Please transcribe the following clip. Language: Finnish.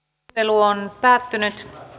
keskustelu päättyi